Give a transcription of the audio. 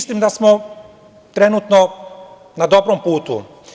Mislim da smo trenutno na dobrom putu.